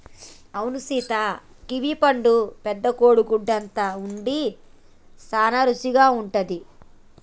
అవును సీత కివీ పండు పెద్ద కోడి గుడ్డు అంత ఉండి సాన రుసిగా ఉంటది